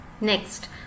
next